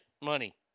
money